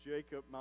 Jacob